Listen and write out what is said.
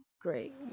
great